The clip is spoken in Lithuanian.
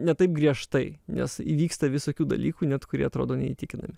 net ne taip griežtai nes įvyksta visokių dalykų net kurie atrodo neįtikinami